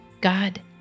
God